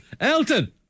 Elton